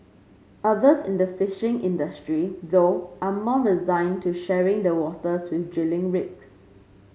others in the fishing industry though are more resigned to sharing the waters with drilling rigs